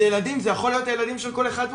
אלה ילדים שיכולים להיות של כל אחד מכם.